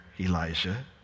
Elijah